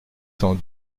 cent